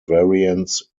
variants